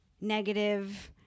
negative